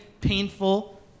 painful